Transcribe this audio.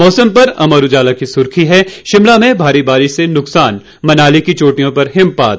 मौसम पर अमर उजाला की सुर्खी है शिमला में भारी बारिश से नुकसान मनाली की चोटियों पर हिमपात